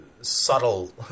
subtle